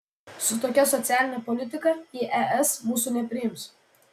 su tokia socialine politika į es mūsų nepriims